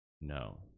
no